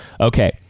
Okay